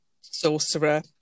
sorcerer